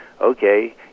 okay